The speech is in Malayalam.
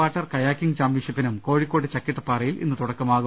വാട്ടർ കയാക്കിംഗ് ചാമ്പ്യൻഷിപ്പിനും കോഴിക്കോട് ചക്കിട്ടപാറയിൽ ഇന്ന് തുടക്കമാവും